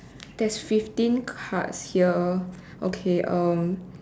there's fifteen cards here okay um